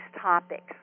topics